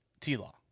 T-Law